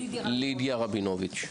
לידיה רבינוביץ.